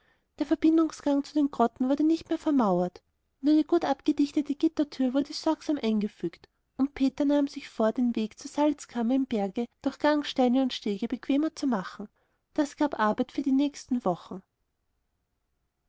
der verbindungsgang zu den grotten wurde nicht mehr vermauert nur eine gut abgedichtete gittertür wurde sorgsam eingefügt und peter nahm sich vor den weg zur salzkammer im berge durch gangsteine und stege bequemer zu machen das gab arbeit für die nächsten wochen